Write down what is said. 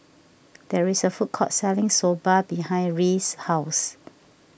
there is a food court selling Soba behind Rhea's house